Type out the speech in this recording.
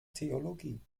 theologie